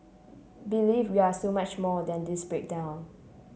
believe we are so much more than this breakdown